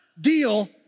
deal